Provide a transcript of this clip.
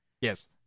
yes